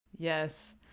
yes